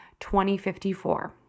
2054